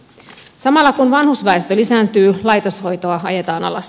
samalla kun vanhusväestö lisääntyy laitoshoitoa ajetaan alas